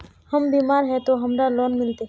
हम बीमार है ते हमरा लोन मिलते?